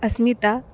अस्मिता